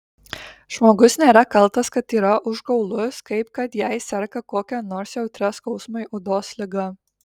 žmogus nėra kaltas kad yra užgaulus kaip kad jei serga kokia nors jautria skausmui odos liga